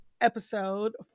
episode